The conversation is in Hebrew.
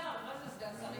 הכבוד, סגן השר.